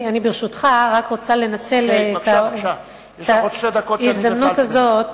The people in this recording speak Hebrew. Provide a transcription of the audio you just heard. ברשותך, אני רוצה לנצל את ההזדמנות הזאת,